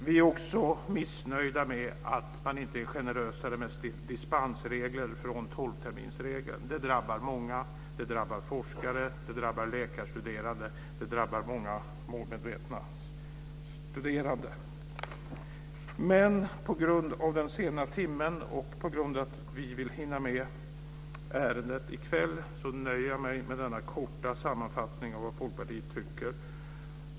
Vi är också missnöjda med att man inte är generösare med dispensregler från tolvterminersregeln. Det drabbar många. Det drabbar forskare, läkarstuderande och många målmedvetna studerande. På grund av den sena timmen och på grund av att vi vill hinna med ärendet i kväll nöjer jag mig med denna korta sammanfattning av vad Folkpartiet tycker.